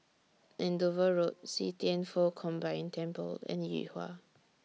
Andover Road See Thian Foh Combined Temple and Yuhua